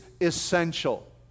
essential